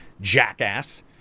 jackass